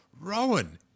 Rowan